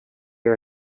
are